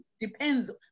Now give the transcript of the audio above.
depends